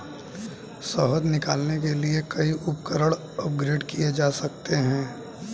शहद निकालने के लिए कई उपकरण अपग्रेड किए जा सकते हैं